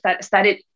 started